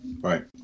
right